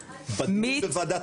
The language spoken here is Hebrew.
יושב ראש ועדת